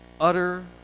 Utter